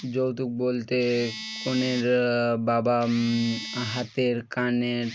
যৌতুক বলতে কনের বাবা হাতের কানের